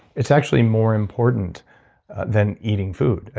it's actually more important than eating food. ah